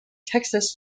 texas